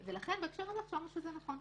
בהקשר הזה חשבנו שזה נכון.